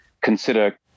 consider